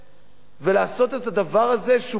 ולעשות את הדבר הזה שבאמת,